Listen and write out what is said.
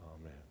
amen